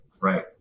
Right